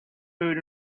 food